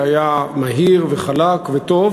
זה היה מהיר, חלק וטוב.